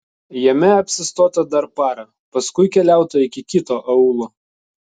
jame apsistota dar parą paskui keliauta iki kito aūlo